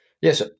yes